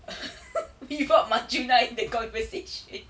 we brought madrina in the conversation